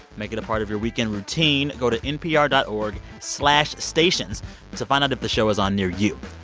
make it a part of your weekend routine. go to npr dot org slash stations to find out if the show is on near you.